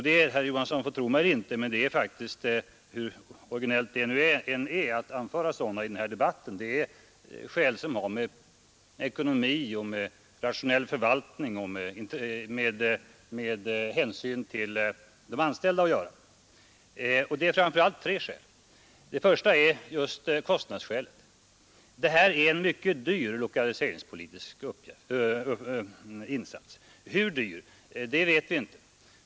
Herr Jon son får tro mig eller inte, men de skälen har — hur originellt det än är att anföra sådana skäl i debatten med ekonomi, rationell förvaltning och hänsyn till de anställda att göra. Skälen är framför allt tre. Det första skälet gäller just kostnaderna. Detta är en mycket dyr lokaliseringspolitisk insats hur dyr vet vi inte.